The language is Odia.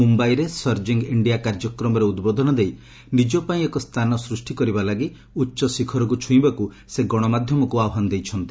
ମୁଧ୍ୟାଇରେ ସର୍ଜିଙ୍ଗ୍ ଇଣ୍ଡିଆ କାର୍ଯ୍ୟକ୍ରମରେ ଉଦ୍ବୋଧନ ଦେଇ ନିଜ ପାଇଁ ଏକ ସ୍ଥାନ ସୃଷ୍ଟି କରିବା ଲାଗି ଉଚ୍ଚଶିଖରକୁ ଛୁଇଁବାକୁ ସେ ଗଣମାଧ୍ୟମକୁ ଆହ୍ୱାନ ଦେଇଛନ୍ତି